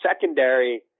secondary